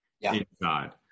inside